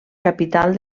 capital